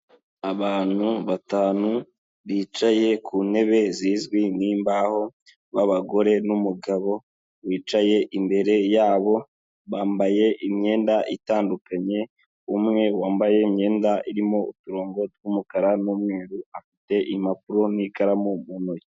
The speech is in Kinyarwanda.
Abantu batanu bicaye ku ntebe zizwi nk'imbaho, b'abagore n'umugabo, bicaye imbere yabo bambaye imyenda itandukanye, umwe wambaye imyenda irimo uturongo tw'umukara n'umweru, afite impapuro n'ikaramu mu ntoki.